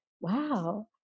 wow